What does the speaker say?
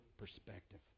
perspective